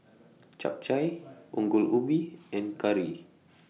Chap Chai Ongol Ubi and Curry